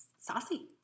saucy